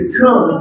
come